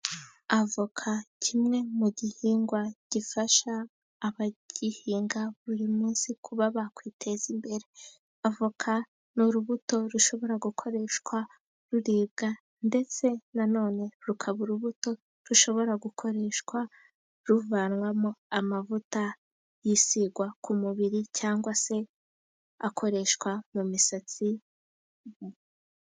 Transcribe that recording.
Avoka kimwe mu gihingwa gifasha abagihinga buri munsi kuba bakwiteza imbere, avoka ni urubuto rushobora gukoreshwa ruribwa, ndetse nanone rukaba urubuto rushobora gukoreshwa ruvanwamo amavuta yisigwa ku mubiri, cyangwag se akoreshwa mu misatsi.